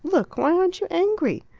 look, why aren't you angry?